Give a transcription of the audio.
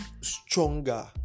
stronger